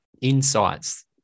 insights